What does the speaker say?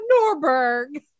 Norberg